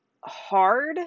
hard